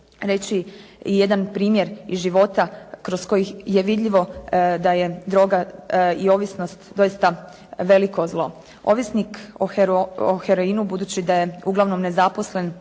reći i jedan primjer iz života kroz kojih je vidljivo da je droga i ovisnost veliko zlo. Ovisnik o heroinu budući da je uglavnom nezaposlen